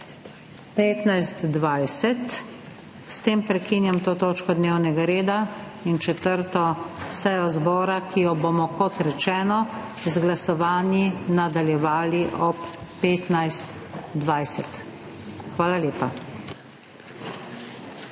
15.20. S tem prekinjam to točko dnevnega reda in 4. sejo zbora, ki jo bomo, kot rečeno, z glasovanji nadaljevali ob 15.20. Hvala lepa.